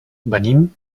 venim